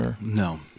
No